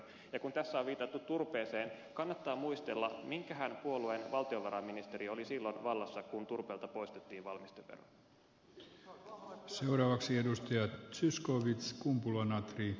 ja kun tässä on viitattu turpeeseen kannattaa muistella minkähän puolueen valtiovarainministeri oli silloin vallassa kun turpeelta poistettiin valmistevero